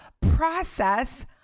process